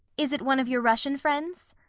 is it one of your russian friends?